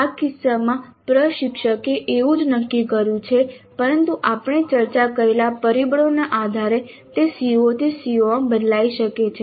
આ કિસ્સામાં પ્રશિક્ષકે એવું જ નક્કી કર્યું છે પરંતુ આપણે ચર્ચા કરેલા પરિબળોના આધારે તે CO થી CO માં બદલાઈ શકે છે